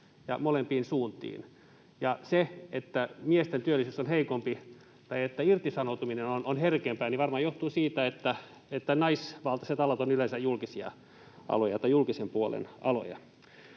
ja molempiin suuntiin. Ja se, että miesten työllisyys on heikompi tai irtisanoutuminen on herkempää, varmaan johtuu siitä, että naisvaltaiset alat ovat yleensä julkisen puolen aloja.